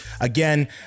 again